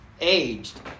aged